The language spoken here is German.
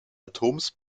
atoms